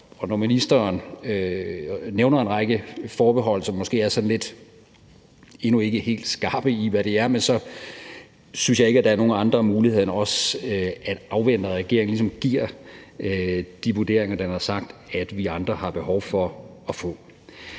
Når ministeren nævner en række forbehold, som måske endnu ikke er sådan helt skarpe, i forhold til hvad de går ud på, så synes jeg ikke, at der er nogen andre muligheder end at afvente, at regeringen ligesom giver de vurderinger, den har sagt vi andre har behov for at få.